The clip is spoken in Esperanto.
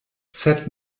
sed